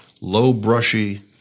low-brushy